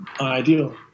ideal